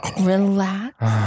relax